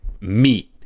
meat